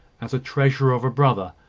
as a treasure of a brother,